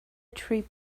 tree